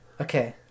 Okay